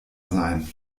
sein